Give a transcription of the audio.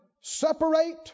separate